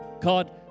God